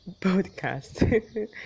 podcast